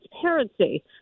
transparency